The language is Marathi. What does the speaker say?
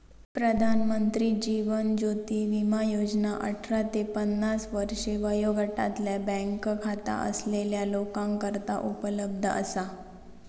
प्रधानमंत्री जीवन ज्योती विमा योजना अठरा ते पन्नास वर्षे वयोगटातल्या बँक खाता असलेल्या लोकांकरता उपलब्ध असा